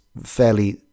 fairly